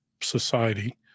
society